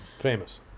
famous